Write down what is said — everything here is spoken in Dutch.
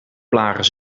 blaren